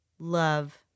Love